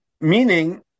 meaning